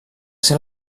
ser